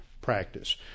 practice